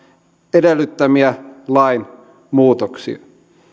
edellyttämiä lainmuutoksia